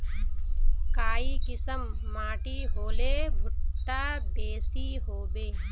काई किसम माटी होले भुट्टा बेसी होबे?